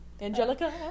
Angelica